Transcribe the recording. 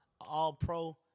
all-pro